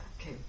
okay